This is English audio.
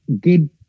good